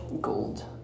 gold